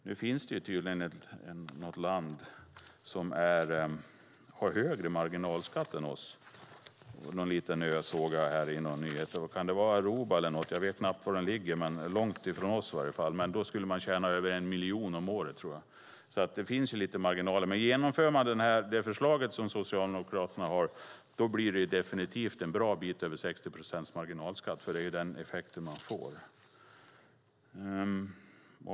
Nu finns det tydligen något land som har högre marginalskatt än vi, någon liten ö, såg jag på nyheterna. Kan det vara Aruba? Jag vet knappt var det ligger, men långt från oss i varje fall. Men då skulle man tjäna över 1 miljon om året, tror jag. Det finns alltså lite marginaler, men genomför man det förslag som Socialdemokraterna har blir det definitivt en bra bit över 60 procents marginalskatt. Det är den effekten man får. Fru talman!